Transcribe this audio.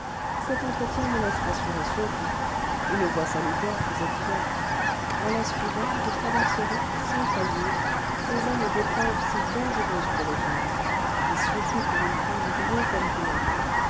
cet entretien me laisse rassuré sur vous une voie salutaire vous est ouverte en la suivant vous traverserez sans faillir ces années d'épreuves si dangereuses pour les femmes et surtout pour une femme douée comme vous l'êtes